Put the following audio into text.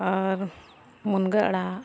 ᱟᱨ ᱢᱩᱱᱜᱟᱹ ᱟᱲᱟᱜ